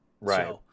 right